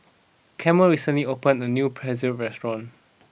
Carmel recently opened a new Pretzel restaurant